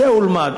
צא ולמד.